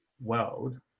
world